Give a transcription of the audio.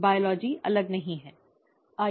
जीवविज्ञान अलग नहीं है